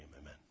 amen